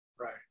Right